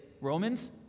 Romans